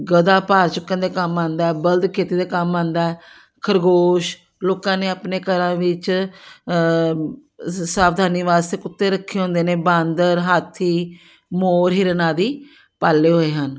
ਗਧਾ ਭਾਰ ਚੁੱਕਣ ਦੇ ਕੰਮ ਆਉਂਦਾ ਬਲਦ ਖੇਤੀ ਦੇ ਕੰਮ ਆਉਂਦਾ ਖਰਗੋਸ਼ ਲੋਕਾਂ ਨੇ ਆਪਣੇ ਘਰਾਂ ਵਿੱਚ ਸਾਵਧਾਨੀ ਵਾਸਤੇ ਕੁੱਤੇ ਰੱਖੇ ਹੁੰਦੇ ਨੇ ਬਾਂਦਰ ਹਾਥੀ ਮੋਰ ਹਿਰਨ ਆਦਿ ਪਾਲੇ ਹੋਏ ਹਨ